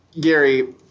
Gary